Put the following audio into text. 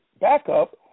backup